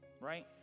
right